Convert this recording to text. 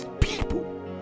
people